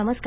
नमस्कार